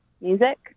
music